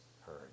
heard